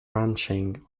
ranching